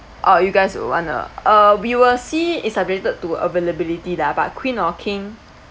oh you guys you want a uh we will see it's subjected to availability lah but queen or king